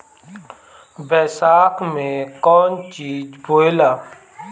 बैसाख मे कौन चीज बोवाला?